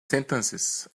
sentences